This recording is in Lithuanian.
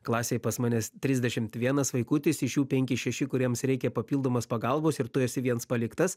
klasėj pas manęs trisdešimt vienas vaikutis iš jų penki šeši kuriems reikia papildomos pagalbos ir tu esi viens paliktas